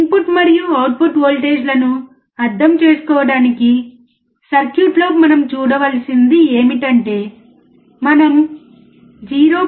input మరియు output వోల్టేజ్లను అర్థం చేసుకోవడానికి సర్క్యూట్ లో మనం చూడవలసినది ఏమిటంటే మనము 0